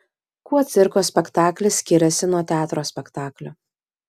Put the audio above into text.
kuo cirko spektaklis skiriasi nuo teatro spektaklio